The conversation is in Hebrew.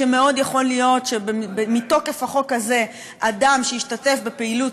מאוד יכול להיות שמתוקף החוק הזה אדם שישתתף בפעילות,